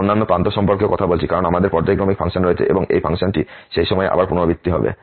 আমরা অন্যান্য প্রান্ত সম্পর্কেও কথা বলছি কারণ আমাদের পর্যায়ক্রমিক ফাংশন রয়েছে এবং এই ফাংশনটি সেই সময়ে আবার পুনরাবৃত্তি হবে